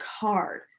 card